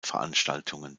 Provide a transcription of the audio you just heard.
veranstaltungen